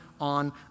on